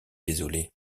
désolé